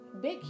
big